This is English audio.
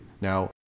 Now